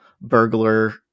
burglar